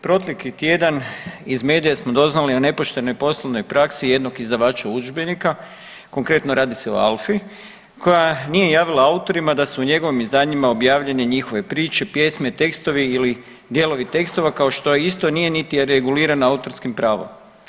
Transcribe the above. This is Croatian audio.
Protekli tjedan iz medija smo doznali o nepoštenoj poslovnoj praksi jednog izdavača udžbenika, konkretno radi se o ALFI koja nije javila autorima da su u njegovim izdanjima objavljene njihove priče, pjesme, tekstovi ili dijelovi tekstova kao što isto nije niti regulirano autorskim pravom.